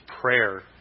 prayer